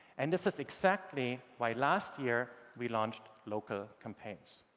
and this is exactly why last year we launched local campaigns.